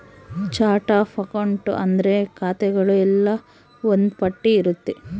chart of account ಅಂದ್ರೆ ಖಾತೆಗಳು ಎಲ್ಲ ಒಂದ್ ಪಟ್ಟಿ ಇರುತ್ತೆ